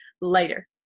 later